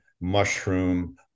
mushroom